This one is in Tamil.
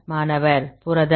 மாணவர் புரதம்